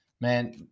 man